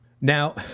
Now